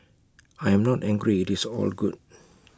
I am not angry IT is all good